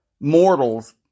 mortals